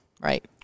right